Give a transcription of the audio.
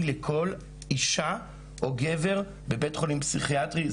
לכל אישה או גבר בבית חולים פסיכיאטרי.